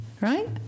right